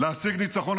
לך עד הסוף.